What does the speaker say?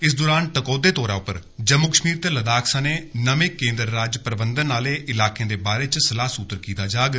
इस दरान टकोहदे तौर उप्पर जम्मू कश्मीर ते लद्दाख सनें नमें केंद्र राज प्रबंधन आहले ईलाकें दे बारै च सलाह सूत्तर कीता जाग